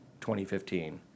2015